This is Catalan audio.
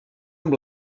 amb